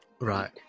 Right